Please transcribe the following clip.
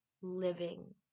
living